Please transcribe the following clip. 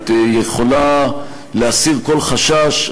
את יכולה להסיר כל חשש.